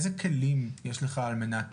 איזה כלים יש לך על מנת